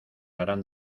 harán